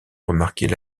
remarquait